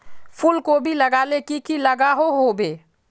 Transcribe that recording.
फूलकोबी लगाले की की लागोहो होबे?